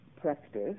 practice